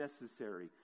necessary